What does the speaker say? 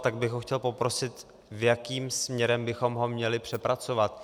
Tak bych ho chtěl poprosit, jakým směrem bychom ho měli přepracovat.